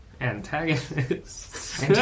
antagonists